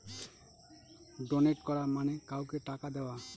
donate করা মানে কাউকে টাকা দেওয়া